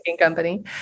company